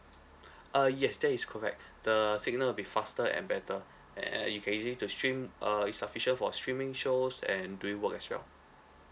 uh yes that is correct the signal will be faster and better and and you can use it to stream uh is sufficient for streaming shows and doing work as well